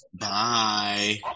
Bye